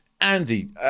Andy